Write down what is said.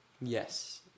Yes